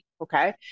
okay